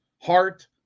heart